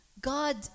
God